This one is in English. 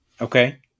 Okay